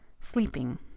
sleeping